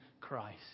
Christ